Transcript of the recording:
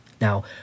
Now